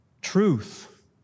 Truth